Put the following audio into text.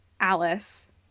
Alice